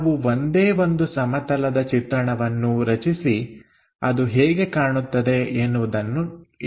ನಾವು ಒಂದೇ ಒಂದು ಸಮತಲದ ಚಿತ್ರಣವನ್ನು ರಚಿಸಿ ಅದು ಹೇಗೆ ಕಾಣುತ್ತದೆ ಎನ್ನುವುದನ್ನು ನೋಡುತ್ತೇವೆ